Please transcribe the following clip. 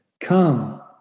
come